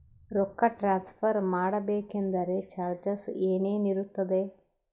ರೊಕ್ಕ ಟ್ರಾನ್ಸ್ಫರ್ ಮಾಡಬೇಕೆಂದರೆ ಚಾರ್ಜಸ್ ಏನೇನಿರುತ್ತದೆ?